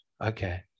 Okay